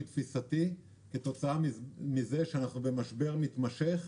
תפיסתי כתוצאה מכך שאנחנו במשבר מתמשך,